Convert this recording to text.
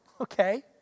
okay